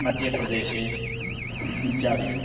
मध्यप्रदेशे इत्यादिषु